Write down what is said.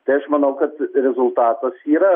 tai aš manau kad rezultatas yra